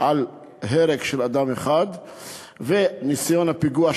אתמול שמענו על הרג של אדם אחד ועל ניסיון הפיגוע,